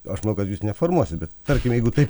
aš manau kad jūs neformuosit bet tarkim jeigu taip